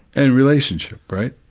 and relationship, right?